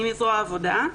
אני מזרוע העבודה,